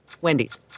Wendy's